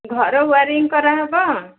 ଘର ୱାରିଙ୍ଗ୍ କରାହେବ